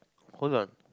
hold on